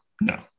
no